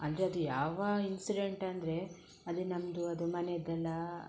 ಅಂದರೆ ಅದು ಯಾವ ಇನ್ಸಿಡೆಂಟ್ ಅಂದರೆ ಅದೇ ನಮ್ಮದು ಅದು ಮನೆಯದು ಎಲ್ಲ